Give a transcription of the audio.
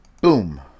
Boom